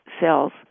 cells